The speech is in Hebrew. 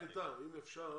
משרד הקליטה, אם אפשר